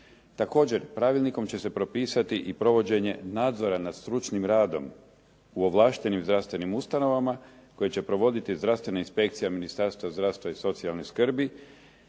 Također, pravilnikom će se propisati i provođenje nadzora nad stručnim radom u ovlaštenim zdravstvenim ustanovama koje će provoditi zdravstvena inspekcija Ministarstva zdravstva i socijalne skrbi,